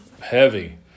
heavy